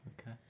okay